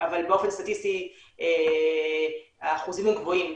אבל באופן סטטיסטי האחוזים הם גבוהים,